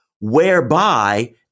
whereby